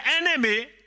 enemy